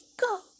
Go